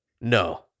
No